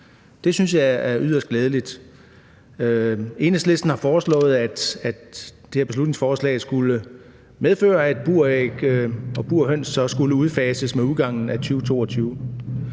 Det synes jeg er yderst glædeligt. Enhedslisten har med det her beslutningsforslag foreslået, at buræg og burhøns skal udfases med udgangen af 2022.